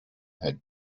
had